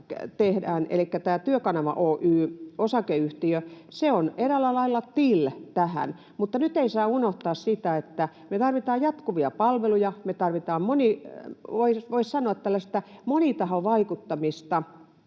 elikkä tämä Työkanava Oy ‑osakeyhtiö, on tähän eräällä lailla till, mutta nyt ei saa unohtaa sitä, että me tarvitaan jatkuvia palveluja, me tarvitaan, voisi sanoa, tällaista monitahovaikuttamista